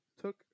took